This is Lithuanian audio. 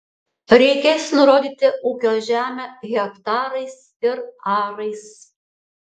reikės nurodyti ūkio žemę hektarais ir arais